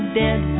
dead